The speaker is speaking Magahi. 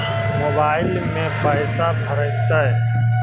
मोबाईल में पैसा भरैतैय?